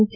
H